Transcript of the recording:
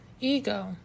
ego